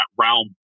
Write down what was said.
realm